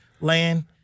land